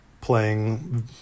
playing